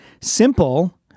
simple